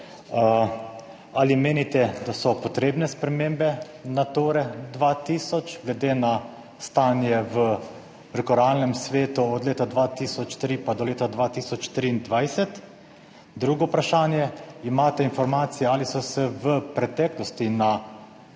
Ali menite, da so potrebne spremembe Nature 2000, glede na stanje v, bi rekel, v realnem svetu od leta 2003 pa do leta 2023? Drugo vprašanje. Imate informacije, ali so se v preteklosti na